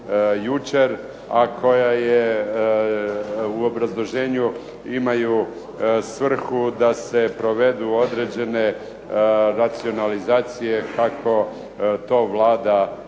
a koja je u obrazloženju imaju svrhu da se provedu određene racionalizacije kako to Vlada